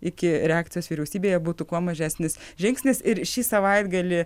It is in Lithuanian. iki reakcijos vyriausybėje būtų kuo mažesnis žingsnis ir šį savaitgalį